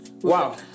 Wow